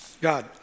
God